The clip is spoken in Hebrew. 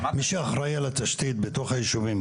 מי שאחראי על התשתית בתוך ישובים,